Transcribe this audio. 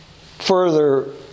Further